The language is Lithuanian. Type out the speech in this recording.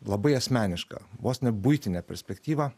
labai asmenišką vos ne buitinę perspektyvą